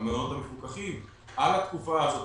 המעונות המפוקחים על התקופה הזאת,